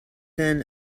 then